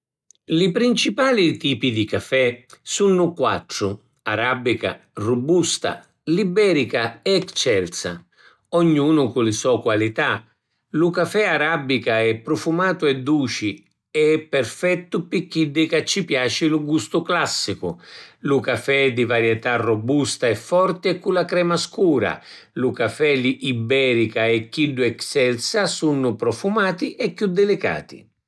Li principali tipi di cafè sunnu quattru: arabica, rubusta, liberica e excelsa, ognuna cu li sò qualità. Lu cafè arabica è prufumatu e duci e è perfettu pi chiddi ca ci piaci lu gustu classicu. Lu cafè di varietà Robusta è forti e cu la crema scura. Lu cafè liberica e chiddu excelsa sunnu prufumati e chiù dilicati.